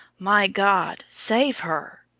my god, save her!